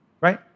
right